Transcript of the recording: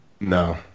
No